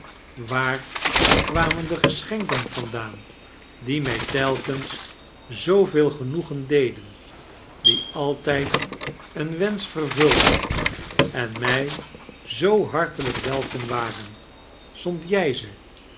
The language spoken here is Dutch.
waar kwamen de geschenken vandaan die mij telkens zooveel genoegen deden die altijd een wensch vervuldem en mij zoo hartelijk welkom waren zondt jij